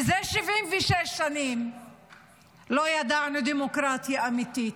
זה 76 שנים לא ידענו דמוקרטיה אמיתית,